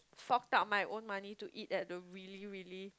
fork out my own money to eat at the really really